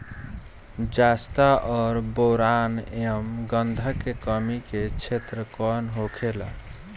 जस्ता और बोरान एंव गंधक के कमी के क्षेत्र कौन होखेला?